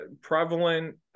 prevalent